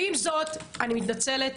ועם זאת, אני מתנצלת,